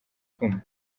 gukoma